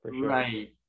Right